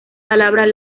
palabras